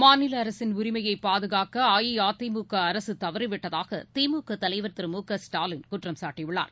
மாநிலஅரசின் உரிமையைபாதுகாக்கஅஇஅதிமுகஅரசுதவறிவிட்டதாகதிமுகதலைவர் திரு மு க ஸ்டாலின் குற்றம் சாட்டியுள்ளார்